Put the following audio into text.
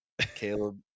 Caleb